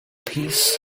peace